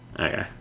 Okay